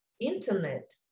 internet